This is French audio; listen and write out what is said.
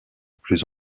plus